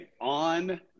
On